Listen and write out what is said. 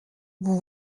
vous